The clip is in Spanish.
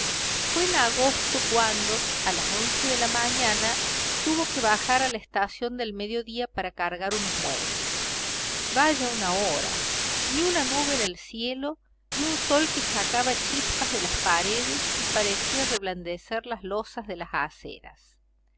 fue en agosto cuando a las once de la mañana tuvo que bajar a la estación del mediodía para cargar unos muebles vaya una hora ni una nube en el cielo y un sol que sacaba chispas de las paredes y parecía reblandecer las losas de las aceras